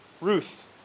Ruth